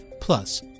Plus